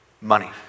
money